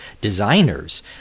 designers